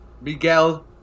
Miguel